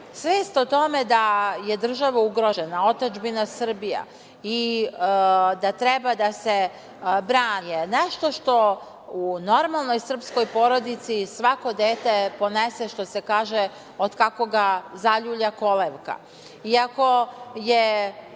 svest o tome da je država ugrožena, otadžbina Srbija i da treba da se brani, je nešto što u normalnoj srpskoj porodici svako dete ponese, što se kaže od kako ga zaljulja kolevka.I ako je